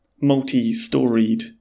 multi-storied